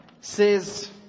says